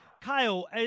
Kyle